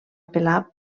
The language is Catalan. apel·lar